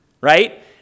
Right